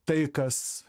tai kas